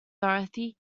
dorothy